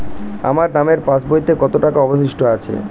আমার নামের পাসবইতে কত টাকা অবশিষ্ট আছে?